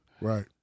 right